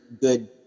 good